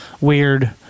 weird